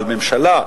אבל ממשלה,